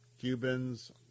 Cubans